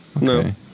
No